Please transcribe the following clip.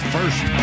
First